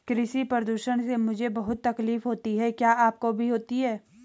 कृषि प्रदूषण से मुझे बहुत तकलीफ होती है क्या आपको भी होती है